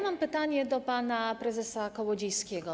Mam pytanie do pana prezesa Kołodziejskiego.